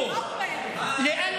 (ויש